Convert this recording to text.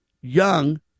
young